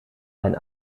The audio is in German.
ein